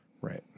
Right